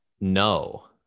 no